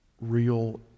real